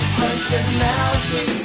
personality